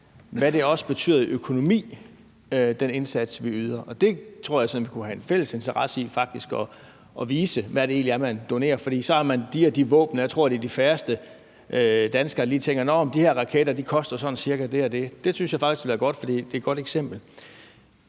hvad det også betyder i økonomi, altså den indsats, vi yder, og det tror jeg sådan vi kunne have en fælles interesse i faktisk at vise, altså hvad det egentlig er, man donerer, for så er det de og de våben, og jeg tror, det er de færreste danskere, der tænker: Nå, men de raketter koster sådan cirka det og det. Det synes jeg faktisk ville være godt, for det er et godt eksempel.